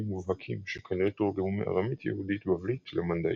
מובהקים שכנראה תורגמו מארמית יהודית בבלית למנדעית.